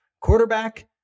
quarterback